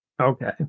Okay